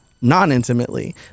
non-intimately